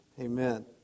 amen